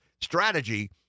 strategy